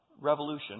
revolution